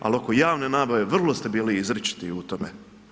Ali oko javne nabave vrlo ste bili izričiti u tome.